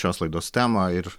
šios laidos temą ir